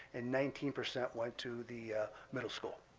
and nineteen percent went to the middle school.